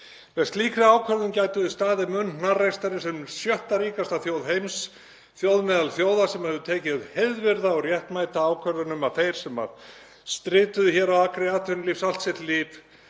Með slíkri ákvörðun gætum við staðið mun hnarreistari sem sjötta ríkasta þjóð heims, þjóð meðal þjóða sem hefur tekið heiðvirða og réttmæta ákvörðun um að þeir sem strituðu hér á akri atvinnulífs allt sitt líf